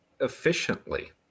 efficiently